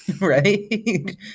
Right